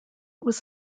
was